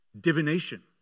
divination